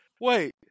wait